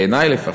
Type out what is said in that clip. בעיני לפחות,